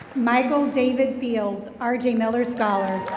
michael david fields, arjay miller scholar.